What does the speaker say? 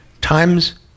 times